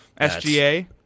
SGA